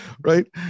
right